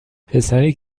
پسری